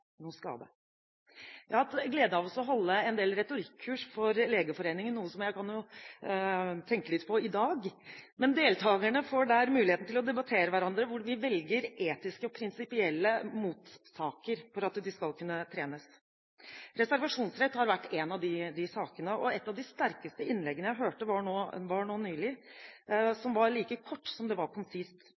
Jeg har hatt glede av å holde en del retorikkurs for Legeforeningen, noe jeg kan tenke litt på i dag. Deltakerne får der muligheten for å debattere mot hverandre, hvor man velger etiske og prinsipielle motsaker – for at man skal kunne trenes. Reservasjonsrett har vært en av de sakene, og et av de sterkeste innleggene hørte jeg nå nylig. Det var like kort som det var konsist.